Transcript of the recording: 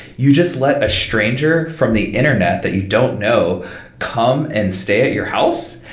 you just let a stranger from the internet that you don't know come and stay at your house?